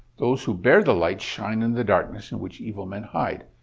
those who bear the light, shine in the darkness in which evil men hide.